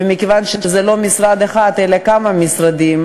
ומכיוון שזה לא משרד אחד אלא כמה משרדים,